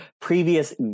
previous